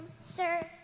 sir